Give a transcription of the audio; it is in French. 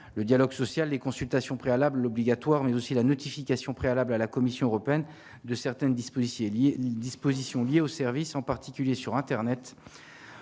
le dialogue social et consultations préalable obligatoire mais aussi la notification préalable à la Commission européenne de certaines dispositions ailier dispositions liées au service, en particulier sur Internet